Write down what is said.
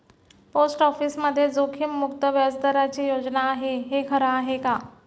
Post ऑफिसमध्ये जोखीममुक्त व्याजदराची योजना आहे, हे खरं आहे का?